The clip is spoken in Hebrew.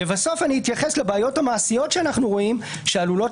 לבסוף אני אתייחס לבעיות המעשיות שאנחנו רואים שעלולות